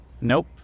Nope